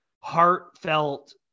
heartfelt